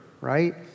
right